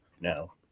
No